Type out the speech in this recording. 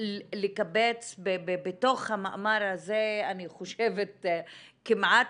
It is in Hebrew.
לקבץ בתוך המאמר הזה אני חושבת שכמעט